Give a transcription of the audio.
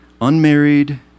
unmarried